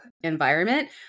environment